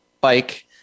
bike